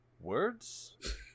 Words